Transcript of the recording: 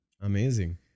Amazing